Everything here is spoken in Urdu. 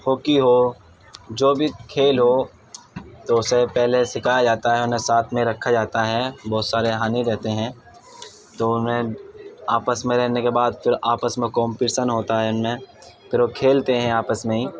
ہاکی ہو جو بھی کھیل ہو تو اسے پہلے سکھایا جاتا ہے انہیں ساتھ میں رکھا جاتا ہے بہت سارے ہانی رہتے ہیں تو انہیں آپس میں رہنے کے بعد پھر آپس میں کومپیسن ہوتا ہے ان میں پھر وہ کھیلتے ہیں آپس میں ہی